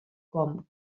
com